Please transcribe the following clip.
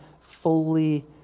fully